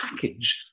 package